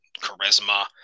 charisma